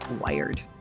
wired